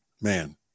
man